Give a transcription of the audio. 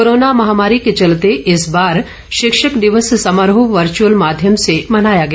corona महामारी के चलते इस बार शिक्षक दिवस समारोह वर्चुअल माध्यम से मनाया गया